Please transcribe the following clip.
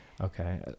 okay